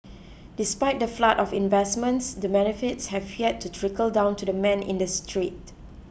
despite the flood of investments the benefits have yet to trickle down to the man in the street